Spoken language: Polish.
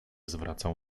zwracał